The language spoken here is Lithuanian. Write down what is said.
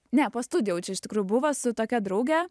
ne po studijų jau čia iš tikrųjų buvo su tokia drauge